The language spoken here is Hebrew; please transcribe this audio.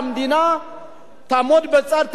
והמדינה תעמוד בצד,